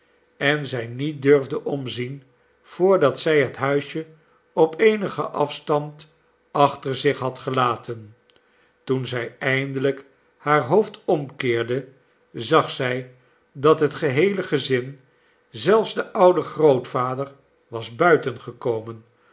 en zij niet durfde omzien voordat zij het huisje op eenigen afstand achter zich had gelaten toen zij eindelijk haar hoofd omkeerde zag zij dat het geheele gezin zelfs de oude grootvader wasbuitengekomen